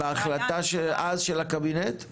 בהחלטה של אז של הקבינט?